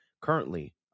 currently